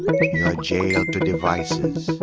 ah you're jailed to devices,